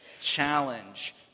Challenge